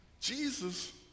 Jesus